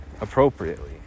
appropriately